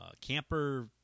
camper